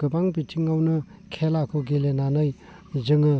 गोबां बिथिङावनो खेलाखौ गेलेनानै जोङो